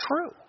true